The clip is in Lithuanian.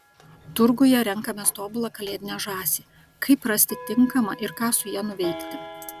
turguje renkamės tobulą kalėdinę žąsį kaip rasti tinkamą ir ką su ja nuveikti